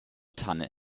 tanne